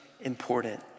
important